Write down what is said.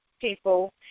people